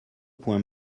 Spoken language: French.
points